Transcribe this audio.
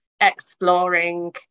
exploring